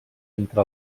entre